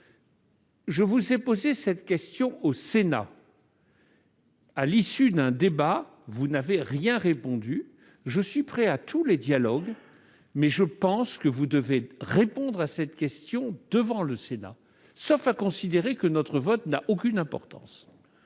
Je vous ai posé cette question au Sénat, à l'issue d'un débat. Vous n'avez rien répondu. Je suis prêt à tous les dialogues, mais je pense que vous devez répondre à cette question devant notre assemblée, sauf à considérer que notre vote n'a aucune importance